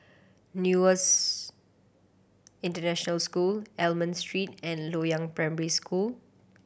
Nexus International School Almond Street and Loyang Primary School